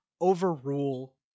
overrule